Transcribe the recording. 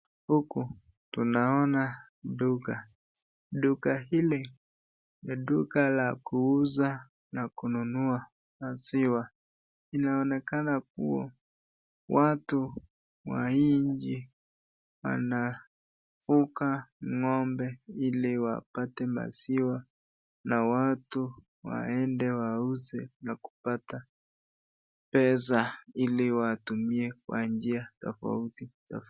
Huku tunaona duka. Duka hili ni duka la kuuza na kununua maziwa inaonekana kuwa watu wa hii inchi wanafuga ng'ombe ili wapate maziwa na watu waende wauze na kupata pesa ili watumie kwa njia tofauti.